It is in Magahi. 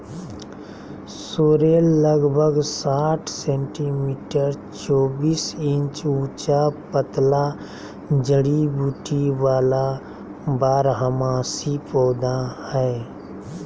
सॉरेल लगभग साठ सेंटीमीटर चौबीस इंच ऊंचा पतला जड़ी बूटी वाला बारहमासी पौधा हइ